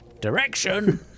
direction